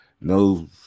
no